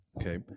Okay